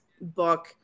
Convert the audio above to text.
book